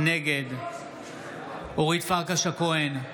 נגד אורית פרקש הכהן,